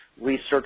research